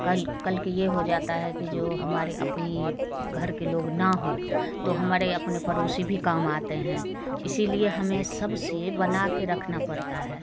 कल कल को यह हो जाता है कि जो हमारे अपनी घर के लोग न हो तो हमारे अपने पड़ोसी भी काम आते हैं इसलिए हमें सबसे बना कर रखना पड़ता है